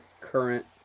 current